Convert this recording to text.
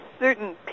certain